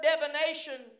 divination